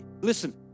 listen